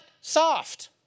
soft